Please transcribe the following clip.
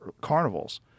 carnivals